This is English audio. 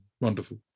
Wonderful